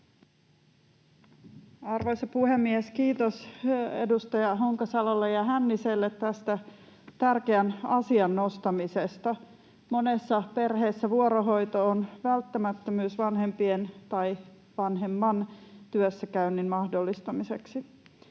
Arvoisa puhemies! Kiitos edustaja Honkasalolle ja Hänniselle tästä tärkeän asian nostamisesta. Monessa perheessä vuorohoito on välttämättömyys vanhempien tai vanhemman työssäkäynnin mahdollistamiseksi.